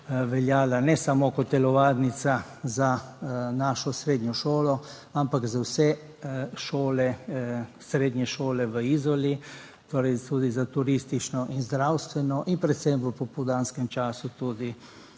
veljala ne samo kot telovadnica za našo srednjo šolo, ampak za vse šole, srednje šole v Izoli, torej tudi za turistično in zdravstveno in predvsem v popoldanskem času tudi